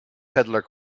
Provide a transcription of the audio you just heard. peddler